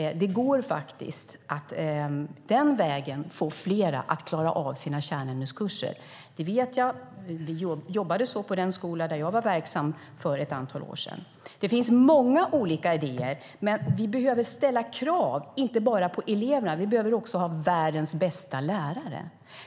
Det går faktiskt att den vägen få fler att klara av sina kärnämneskurser. Det vet jag. Vi jobbade så på den skola där jag var verksam för ett antal år sedan. Det finns många olika idéer. Vi behöver inte bara ställa krav på eleverna, utan vi behöver också ha världens bästa lärare.